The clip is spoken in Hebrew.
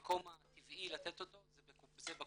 שהמקום הטבעי לתת אותו זה בקופה,